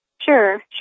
Sure